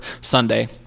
sunday